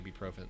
ibuprofen